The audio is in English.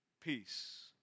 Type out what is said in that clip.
peace